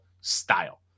style